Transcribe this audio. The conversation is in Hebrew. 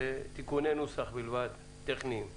יימחק ויוכנסו תיקוני נוסח טכניים בלבד.